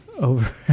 Over